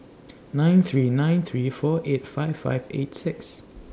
nine three nine three four eight five five eight six